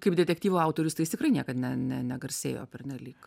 kaip detektyvų autorius tai jis tikrai niekad ne negarsėjo pernelyg